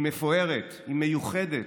היא מפוארת, היא מיוחדת.